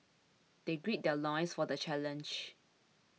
they gird their loins for the challenge